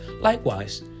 Likewise